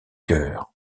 cœur